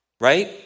right